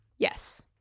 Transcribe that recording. Yes